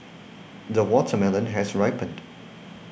the watermelon has ripened